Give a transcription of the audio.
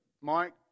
Mike